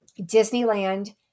Disneyland